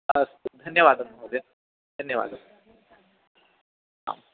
अस्तु धन्यवादः महोदया धन्यवादः आम्